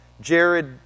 Jared